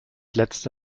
letzte